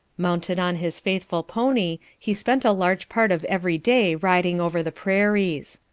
mounted on his faithful pony, he spent a large part of every day riding over the prairies.